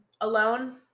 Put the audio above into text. alone